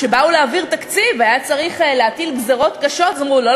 כשבאו להעביר תקציב והיה צריך להטיל גזירות קשות אמרו: לא,